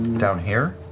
down here?